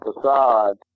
facade